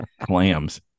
clams